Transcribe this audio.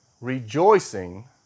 rejoicing